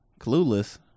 Clueless